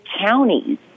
counties